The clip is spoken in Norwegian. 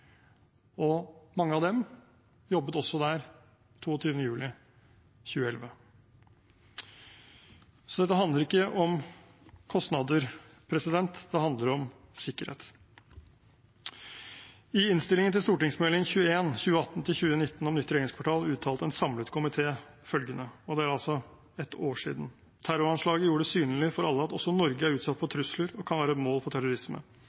handler ikke om kostnader. Det handler om sikkerhet. I innstillingen til Meld. St. 21 for 2018–2019 om nytt regjeringskvartal uttrykte en samlet komité følgende – det er altså ett år siden: «terroranslaget gjorde det synlig at også Norge er utsatt for trusler og kan være et mål for terrorisme.